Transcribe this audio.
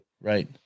right